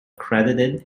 credited